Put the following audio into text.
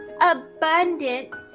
abundant